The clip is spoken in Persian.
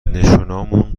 نشونامون